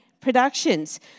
productions